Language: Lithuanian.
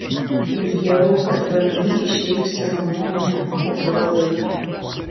bijau kad vmi išreikš savo nuomonę po kurio laiko